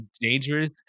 dangerous